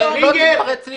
שלא תתפרץ לי לדברים.